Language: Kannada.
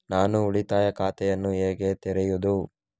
ನಾನು ಉಳಿತಾಯ ಖಾತೆಯನ್ನು ಹೇಗೆ ತೆರೆಯುದು?